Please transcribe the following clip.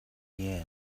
year